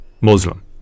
Muslim